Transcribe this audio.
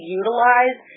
utilize